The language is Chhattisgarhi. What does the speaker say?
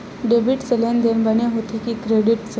डेबिट से लेनदेन बने होथे कि क्रेडिट से?